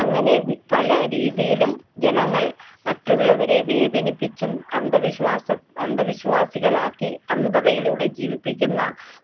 അങ്ങനെ പല രീതീലും ജനങ്ങള് മറ്റുള്ളവരെ വേദനിപ്പിച്ചും അന്ധവിശ്വാസം അന്ധവിശ്വാസികളാക്കി അന്ധതയിലൂടെ ജീവിപ്പിക്കുന്ന